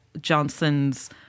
Johnson's